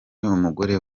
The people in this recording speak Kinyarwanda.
umugore